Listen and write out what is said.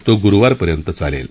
तो गुरुवारपर्यंत चालेल